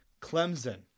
Clemson